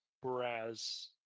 Whereas